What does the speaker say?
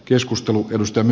arvoisa puhemies